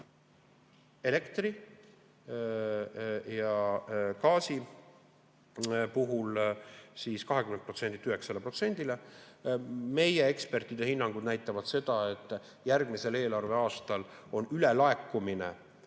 elektri ja gaasi puhul 20%‑lt 9%‑le. Meie ekspertide hinnangud näitavad, et järgmisel eelarveaastal on ülelaekumine